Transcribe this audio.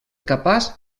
capaç